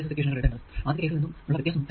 independent voltage source പിന്നെ resistance